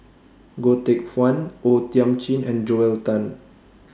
Goh Teck Phuan O Thiam Chin and Joel Tan